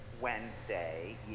Wednesday